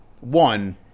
one